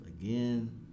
again